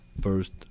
first